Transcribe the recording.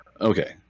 okay